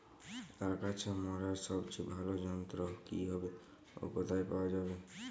আগাছা মারার সবচেয়ে ভালো যন্ত্র কি হবে ও কোথায় পাওয়া যাবে?